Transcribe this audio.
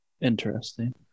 Interesting